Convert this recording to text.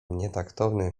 nietaktownym